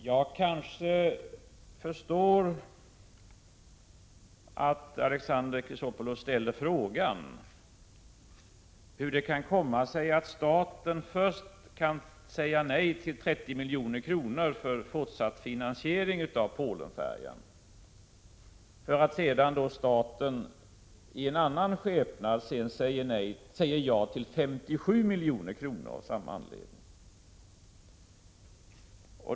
Jag kan kanske förstå att Alexander Chrisopoulos ställde frågan hur det kan komma sig att staten först kan säga nej till 30 milj.kr. för fortsatt finansiering av Polenfärjan, för att sedan i en annan skepnad säga ja till 57 milj.kr. av samma anledning.